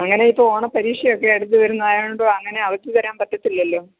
അങ്ങനെ ഇപ്പോൾ ഓണപരീക്ഷയൊക്കെ അടുത്ത് വരുന്നത് ആയതുകൊണ്ടും അങ്ങനെ അവധി തരാൻ പറ്റില്ലല്ലോ